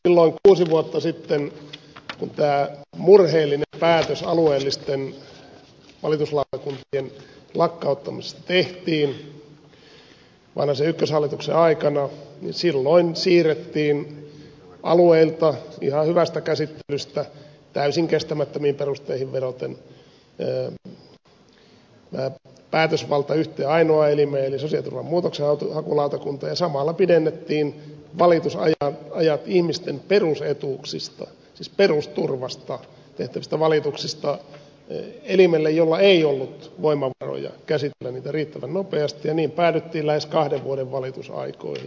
silloin kuusi vuotta sitten kun tämä murheellinen päätös alueellisten valituslautakuntien lakkauttamisesta tehtiin vanhasen ykköshallituksen aikana siirrettiin alueilta ihan hyvästä käsittelystä täysin kestämättömiin perusteisiin vedoten päätösvalta yhteen ainoaan elimeen eli sosiaaliturvan muutoksenhakulautakuntaan ja samalla pidennettiin valitusajat ihmisten perusetuuksista siis perusturvasta tehtävistä valituksista elimelle jolla ei ollut voimavaroja käsitellä niitä riittävän nopeasti ja niin päädyttiin lähes kahden vuoden valitusaikoihin